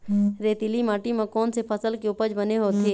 रेतीली माटी म कोन से फसल के उपज बने होथे?